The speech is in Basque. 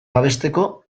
babesteko